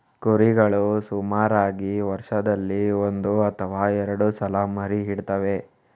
ಕುರಿಗಳು ಸುಮಾರಾಗಿ ವರ್ಷದಲ್ಲಿ ಒಂದು ಅಥವಾ ಎರಡು ಸಲ ಮರಿ ಇಡ್ತವೆ